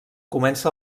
comença